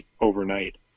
overnight